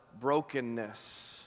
brokenness